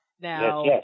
Now